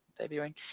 debuting